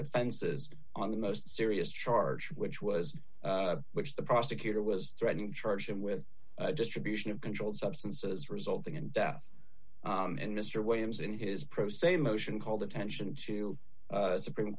defenses on the most serious charge which was which the prosecutor was threatening to charge him with distribution of controlled substances resulting in death and mr williams in his pro se motion called attention to supreme